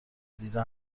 دیده